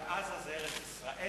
אבל עזה זה ארץ-ישראל,